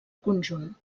conjunt